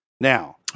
Now